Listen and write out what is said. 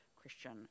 Christian